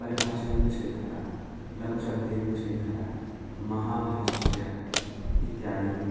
परिभाषेन्दुशेखरः लगुशब्देन्दुशेखरः महाभाष्यम् इत्यादयः